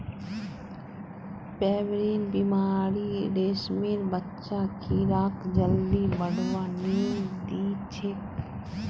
pebrine बीमारी रेशमेर बच्चा कीड़ाक जल्दी बढ़वा नी दिछेक